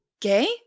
gay